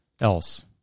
else